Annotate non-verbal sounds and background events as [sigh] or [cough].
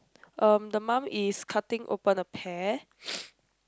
um the mum is cutting open a pear [noise]